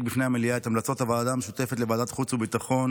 המליאה את המלצת הוועדה המשותפת לוועדת החוץ והביטחון